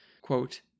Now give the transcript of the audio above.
quote